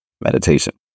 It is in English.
meditation